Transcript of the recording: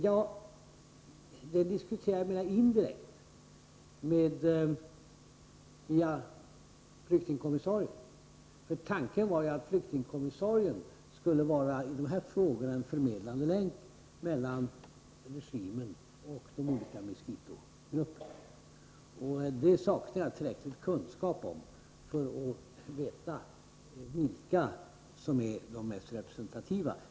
Den saken diskuterades mera indirekt via flyktingkommissarien. Tanken var nämligen att flyktingkommissarien i dessa frågor skulle vara en förmedlande länk mellan regimen och de olika miskitogrupperna. Jag har inte tillräckliga kunskaper om detta. Därför vet jag inte vilka som är mest representativa.